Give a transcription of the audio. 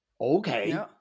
Okay